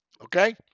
okay